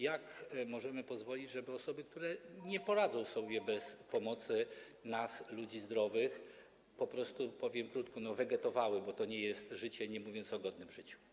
Jak możemy pozwolić, żeby osoby, które nie poradzą sobie bez pomocy nas, ludzi zdrowych, powiem krótko, wegetowały, bo to nie jest życie, nie mówiąc o godnym życiu?